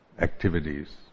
activities